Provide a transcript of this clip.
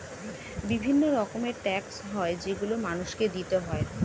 বিভিন্ন রকমের ট্যাক্স হয় যেগুলো মানুষকে দিতে হয়